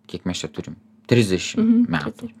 kiek mes čia turim trisdešim metų